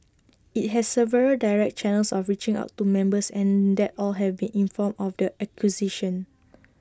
IT has several direct channels of reaching out to members and that all have been informed of the acquisition